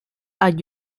are